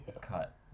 cut